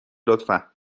لطفا